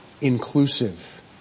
inclusive